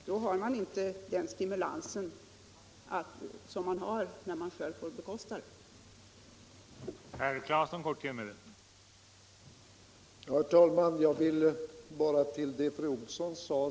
Då har man inte den stimulans som man har när man själv får bekosta förbrukningen.